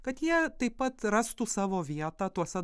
kad jie taip pat rastų savo vietą tuose